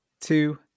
two